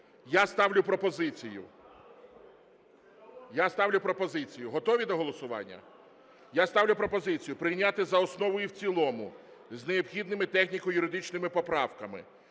Я ставлю пропозицію. Готові до голосування? Я ставлю пропозицію прийняти за основу і в цілому з необхідними техніко-юридичними поправками